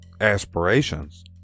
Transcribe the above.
Aspirations